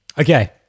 okay